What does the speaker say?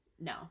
No